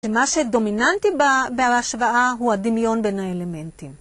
ומה שדומיננטי בהשוואה, הוא הדמיון בין האלמנטים.